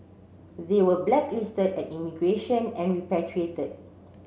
they were blacklisted at immigration and repatriated